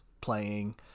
playing